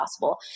possible